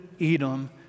Edom